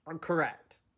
Correct